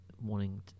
wanting